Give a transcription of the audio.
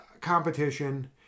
competition